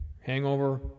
hangover